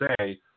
say